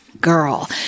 Girl